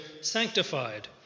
sanctified